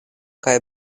kaj